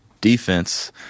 defense